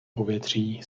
povětří